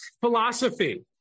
philosophy